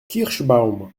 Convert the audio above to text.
kirschbaum